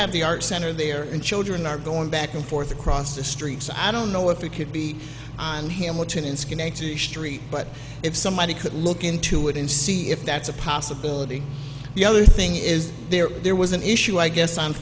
have the art center there and children are going back and forth across the streets i don't know if it could be on hamilton in schenectady street but if somebody could look into it and see if that's a possibility the other thing is there there was an issue i guess on